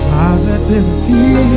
positivity